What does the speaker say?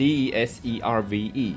Deserve